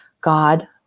God